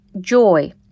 joy